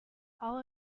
all